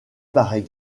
paraît